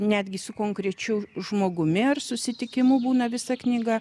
netgi su konkrečiu žmogumi ar susitikimu būna visa knyga